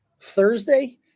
Thursday